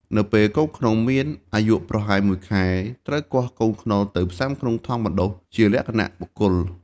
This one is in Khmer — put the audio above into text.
នៅពេលកូនខ្នុរមានអាយុប្រហែលមួយខែ ត្រូវគាស់កូនខ្នុរទៅផ្សាំក្នុងថង់បណ្តុះជាលក្ខណៈបុគ្គល។